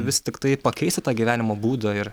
vis tiktai pakeisti tą gyvenimo būdą ir